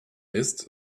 ist